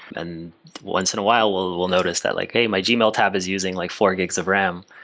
and once in a while, we'll we'll notice that like, hey, my gmail tab is using like four gigs of ram.